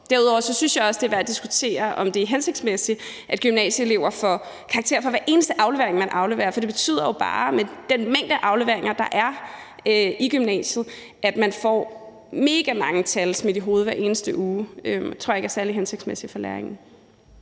Derudover synes jeg også, det er værd at diskutere, om det er hensigtsmæssigt, at gymnasieelever får karakterer for hver eneste aflevering, de afleverer. For med den mængde af afleveringer, der er i gymnasiet, betyder det jo bare, at man får megamange tal smidt i hovedet hver eneste uge. Det tror jeg ikke er særlig hensigtsmæssigt for læringen.